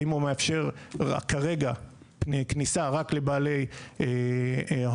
האם הוא מאפשר כרגע כניסה רק לבעלי הון,